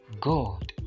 God